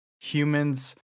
humans